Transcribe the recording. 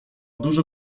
dużo